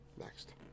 next